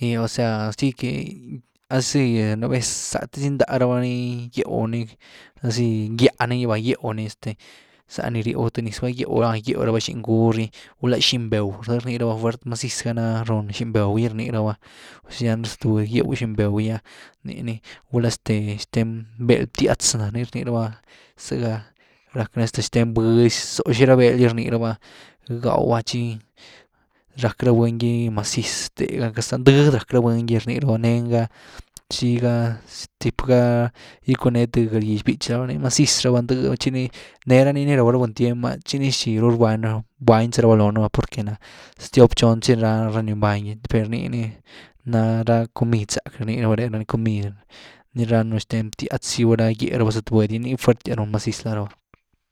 y osea así que así nú vez zeity’dys rndá raba nii gýew ni zazy ngýáni gy ba, gyew’ni este za ni ryew th niz, gulá gyew ra- gyew ra xiny gúr gy, gulá xiny bé’w za rnirabá mazi gá ná run xiny bé’w gy rny rabá zyanzy zet budy gýew, bgwý xiny bé’w gy’ah nii ni gulá este xten beld btýatx ná, nii rnyrabá zëgá rack rá xtén bïzy ná, zó xi ra béel gy rni rabá gaaw’ah tchi rack ra buny’gy maziz, thega za, ndëdy rack ra buny gy, ni rni rabá nenga tchi ´ga tip gá gicwanee th galgyx bý’chy laa rabá, maziz raba ndëdy ra bá tchi ni nee rani raw ra buny tiem’ah tchi ni rxy rbany, mbany rabáloo nu’ por que ná’ stiop, xon zy ná ra ny mbány’gy per nii ni ná ra’comidzáck rni rabá re, ni na ra comid ni ránnu xten btýa’tz, gulá gýe’ rabá zet budy gy, nii fuertyas run maziz lá rabá.